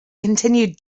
continued